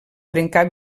trencà